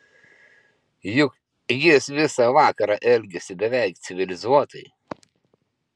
juk jis visą vakarą elgėsi beveik civilizuotai